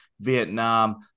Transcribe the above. Vietnam